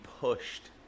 pushed